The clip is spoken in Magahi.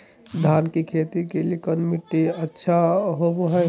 धान की खेती के लिए कौन मिट्टी अच्छा होबो है?